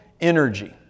energy